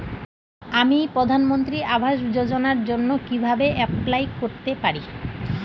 আমি প্রধানমন্ত্রী আবাস যোজনার জন্য কিভাবে এপ্লাই করতে পারি?